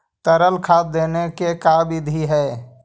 तरल खाद देने के का बिधि है?